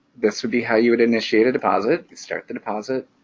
this would be how you would initiate a deposit, start the deposit.